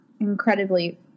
incredibly